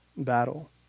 battle